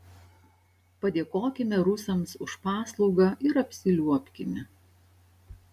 padėkokime rusams už paslaugą ir apsiliuobkime